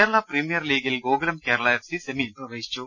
Kerala premier ലീഗിൽ Gokulam Kerala FC സെമിയിൽ പ്രവേശിച്ചു